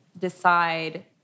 decide